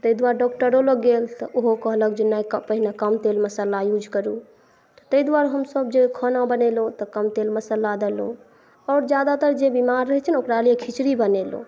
तऽ ताहि दुआरे डॉक्टरो लग गेल तऽ ओहो कहलक जे नहि पहिने कम तेल मसाला यूज करू तऽ ताहि दुआरे हमसब जे खाना बनेलहुॅं तऽ कम तेल मसाला देलहुॅं आओर ज्यादातर जे बीमार रहै छै ने ओकरा लेल खिचड़ी बनेलहुॅं